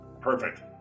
Perfect